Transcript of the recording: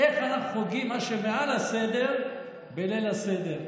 איך אנחנו חוגגים מה שמעל הסדר בליל הסדר?